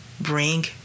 bring